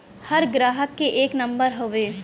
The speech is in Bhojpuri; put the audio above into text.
हर ग्राहक के एक नम्बर हउवे